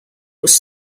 was